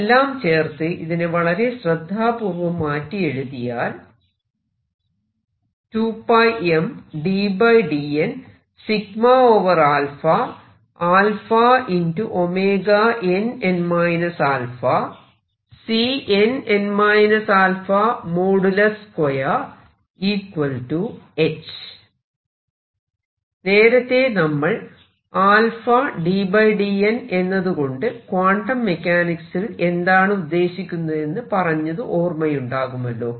ഇതെല്ലം ചേർത്ത് ഇതിനെ വളരെ ശ്രദ്ധാപൂർവം മാറ്റി എഴുതിയാൽ നേരത്തെ നമ്മൾ ddn എന്നതുകൊണ്ട് ക്വാണ്ടം മെക്കാനിക്സിൽ എന്താണ് ഉദ്ദേശിക്കുന്നതെന്ന് പറഞ്ഞത് ഓർമ്മയുണ്ടാകുമല്ലോ